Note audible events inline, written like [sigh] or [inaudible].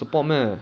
[breath]